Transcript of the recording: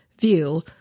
view